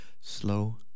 slow